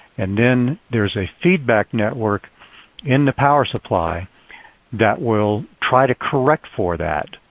and then there is a feedback network in the power supply that will try to correct for that.